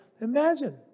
Imagine